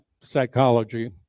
psychology